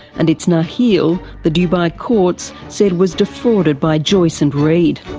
and it's nakheel the dubai courts said was defrauded by joyce and reed.